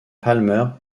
palmer